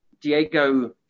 Diego